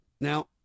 Now